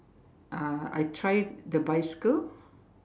uh I tried the bicycle